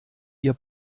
ihr